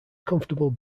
comfortable